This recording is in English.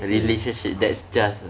a relationship that's just err